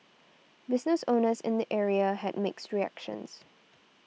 business owners in the area had mixed reactions